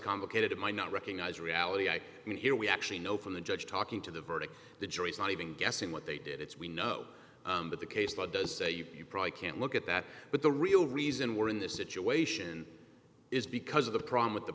complicated it might not recognize reality i mean here we actually know from the judge talking to the verdict the jury's not even guessing what they did it's we know that the case law does say you probably can't look at that but the real reason we're in this situation is because of the problem with the